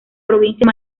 provincia